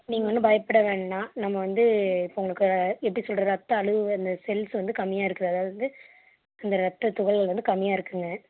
நீங்கள் ஒன்றும் பயப்பட வேண்டாம் நம்ம வந்து இப்போ உங்களுக்கு எப்படி சொல்லுறது ரத்த அளவு அந்த செல்ஸ் வந்து கம்மியாக இருக்குது அதாவது இந்த ரத்த துகள்கள் வந்து கம்மியாக இருக்குதுங்க